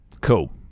Cool